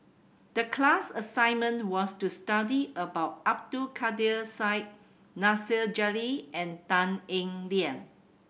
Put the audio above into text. the class assignment was to study about Abdul Kadir Syed Nasir Jalil and Tan Eng Liang